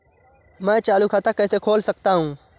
मैं चालू खाता कैसे खोल सकता हूँ?